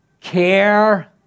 care